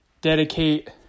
dedicate